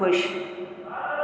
ख़ुशि